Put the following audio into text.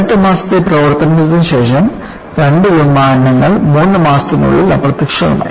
18 മാസത്തെ പ്രവർത്തനത്തിന് ശേഷം രണ്ട് വിമാനങ്ങൾ മൂന്ന് മാസത്തിനുള്ളിൽ അപ്രത്യക്ഷമായി